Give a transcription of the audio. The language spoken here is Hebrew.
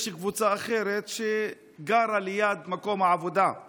יש קבוצה אחרת שגרה ליד מקום העבודה;